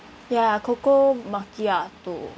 ya cocoa macchiato